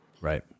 Right